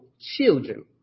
children